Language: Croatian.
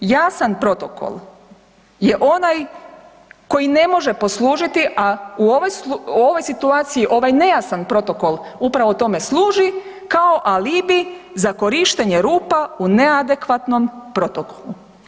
Jasan protokol je onaj koji ne može poslužiti, a u ovoj situaciji ovaj nejasan protokol upravo tome služi kao alibi za korištenje rupa u neadekvatnom protokolu.